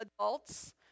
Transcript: adults